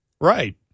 right